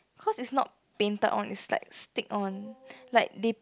cause it's not painted on it's like stick on like they